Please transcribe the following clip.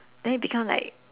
then it become like